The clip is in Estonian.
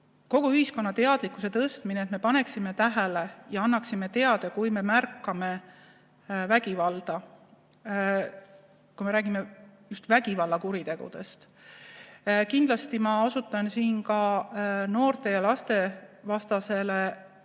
kogu ühiskonna teadlikkuse tõstmine, et me paneksime tähele ja annaksime teada, kui me märkame vägivalda – jutt on just vägivallakuritegudest. Kindlasti ma osutan siin ka noorte- ja lastevastasele